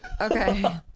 okay